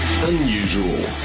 Unusual